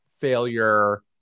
failure